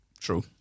True